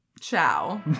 Ciao